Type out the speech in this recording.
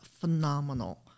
phenomenal